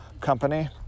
company